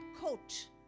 coat